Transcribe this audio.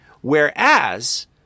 Whereas